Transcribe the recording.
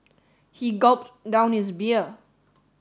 he gulped down his beer